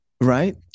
right